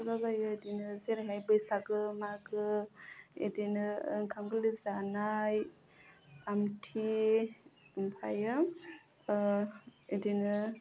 फुजा जायो इदिनो जेरैहाय बैसागो मागो इदिनो ओंखाम गोरलै जानाय आमथि ओमफायो ओह इदिनो